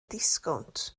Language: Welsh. disgownt